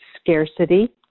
scarcity